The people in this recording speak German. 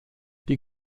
die